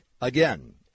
Again